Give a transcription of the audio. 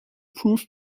proof